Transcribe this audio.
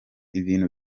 ibintu